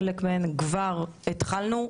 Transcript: חלק מהן כבר התחלנו.